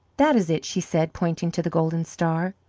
that is it, she said, pointing to the golden star.